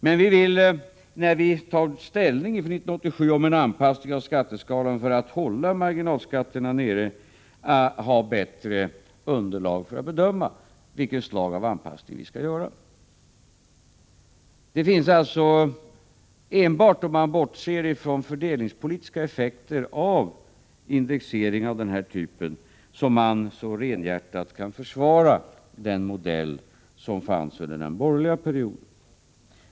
Men när vi tar ställning inför 1987 till frågan om en anpassning av skatteskalan för att hålla marginalskatterna nere vill vi ha ett bättre underlag för att bedöma vilket slag av anpassning vi skall göra. Det är alltså enbart om man bortser från fördelningspolitiska effekter av en indexering av den här typen som man helhjärtat kan försvara den modell som tillämpades under den borgerliga perioden.